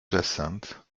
jacinthe